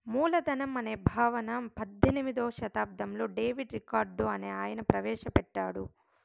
మూలధనం అనే భావన పద్దెనిమిదో శతాబ్దంలో డేవిడ్ రికార్డో అనే ఆయన ప్రవేశ పెట్టాడు